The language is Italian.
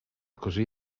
così